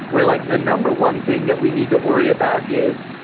we're like the number one thing that we need to worry about is.